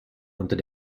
unter